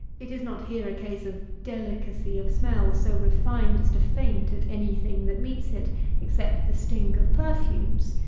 it is not here a case of delicacy of smell so refined as to faint at any thing that meets it except the stink of perfumes.